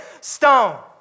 stone